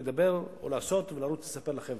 לדבר או לעשות ולרוץ לספר לחבר'ה.